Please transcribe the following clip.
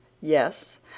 yes